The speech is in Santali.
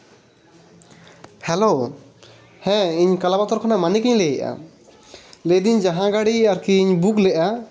ᱦᱮᱞᱳ ᱦᱮᱸ ᱤᱧ ᱠᱟᱞᱟᱯᱟᱛᱷᱚᱨ ᱠᱷᱚᱱᱟᱜ ᱢᱟᱱᱤᱠᱤᱧ ᱞᱟᱹᱭᱮᱫᱼᱟ ᱞᱟᱹᱭᱫᱤᱧ ᱡᱟᱦᱟᱸ ᱜᱟᱹᱲᱤ ᱟᱨᱠᱤᱧ ᱵᱩᱠ ᱞᱮᱫᱟ